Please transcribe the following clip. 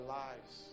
lives